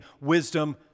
wisdom